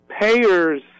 payers